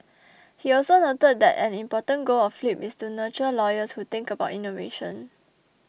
he also noted that an important goal of flip is to nurture lawyers who think about innovation